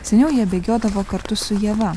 seniau jie bėgiodavo kartu su ieva